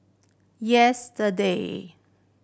yesterday